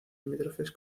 limítrofes